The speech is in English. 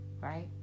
right